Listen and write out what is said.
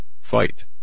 fight